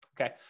Okay